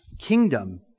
kingdom